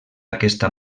aquesta